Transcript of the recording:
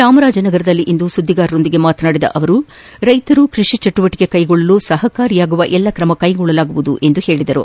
ಜಾಮರಾಜನಗರದಲ್ಲಿಂದು ಸುದ್ದಿಗಾರರೊಂದಿಗೆ ಮಾತನಾಡಿದ ಅವರು ರೈತರು ಕೃಷಿ ಚಟುವಟಿಕೆ ಕೈಗೊಳ್ಳಲು ಸಹಕಾರಿಯಾಗುವ ಎಲ್ಲ ತ್ರಮ ಕೈಗೊಳ್ಳಲಾಗುವುದು ಎಂದು ಹೇಳಿದರು